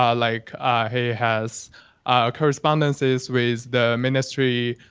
um like he has ah correspondences with the ministry.